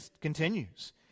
continues